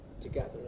together